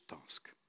task